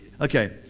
okay